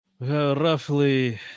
roughly